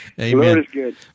Amen